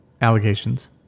allegations